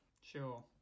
Sure